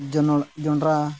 ᱡᱚᱱᱚᱲ ᱡᱚᱱᱰᱨᱟ